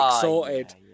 sorted